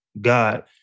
God